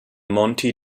monti